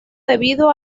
debido